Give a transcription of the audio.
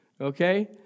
okay